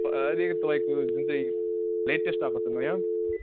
अहिले तपाईँको जुन चाहिँ लेटेस्ट आएको छ नयाँ